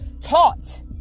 taught